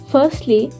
Firstly